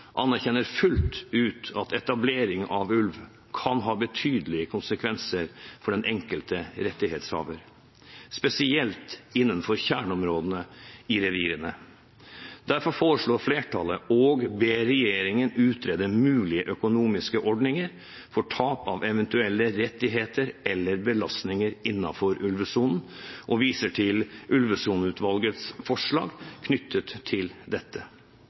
anerkjenner fullt ut at etablering av ulv kan ha betydelige konsekvenser for den enkelte rettighetshaver, spesielt innenfor kjerneområdene i revirene. Derfor foreslår flertallet å be regjeringen utrede mulige økonomiske ordninger for tap av eventuelle rettigheter eller belastninger innenfor ulvesonen og viser til Ulvesoneutvalgets forslag knyttet til dette.